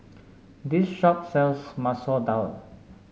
this shop sells Masoor Dal